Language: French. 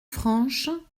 franches